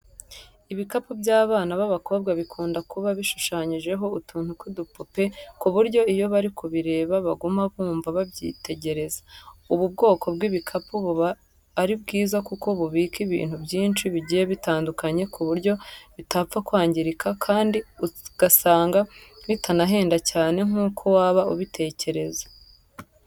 Ibikapu by'abana b'abakobwa bikunda kuba bishushanyijeho utuntu tw'udupupe ku buryo iyo bari kubireba baguma bumva babyitegereza. Ubu bwoko bw'ibikapu buba ari bwiza kuko bubika ibintu byinshi bigiye bitandukanye ku buryo bitapfa kwangirika kandi usanga bitanahenda cyane nk'uko waba ubitekereza.